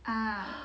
ah